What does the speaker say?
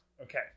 Okay